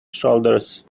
shoulders